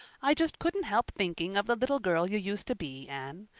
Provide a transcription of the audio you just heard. i just couldn't help thinking of the little girl you used to be, anne.